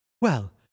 Well